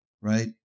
right